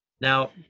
Now